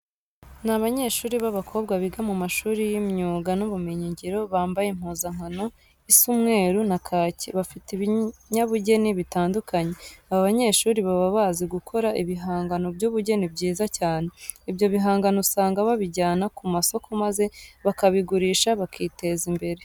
Ni abanyehuri b'abakobwa biga mu mashuri y'imyuga n'ubumenyingiro, bambaye impuzankano isa umweru na kake, bafite ibinyabugeni bitandukanye. Aba banyeshuri baba bazi gukora ibihangano by'ubugeni byiza cyane. Ibyo bihangano usanga babijyana ku masoko maze bakabigurisha bakiteza imbrere.